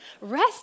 Rest